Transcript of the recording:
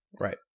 Right